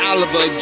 Oliver